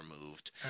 removed